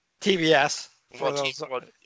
TBS